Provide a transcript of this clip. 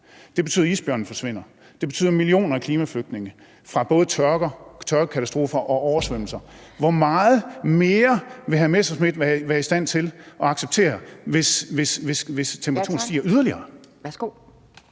Det betyder, at isbjørnene forsvinder, det betyder millioner af klimaflygtninge fra både tørkekatastrofer og oversvømmelser. Hvor meget mere vil hr. Morten Messerschmidt være i stand til at acceptere, hvis temperaturen stiger yderligere?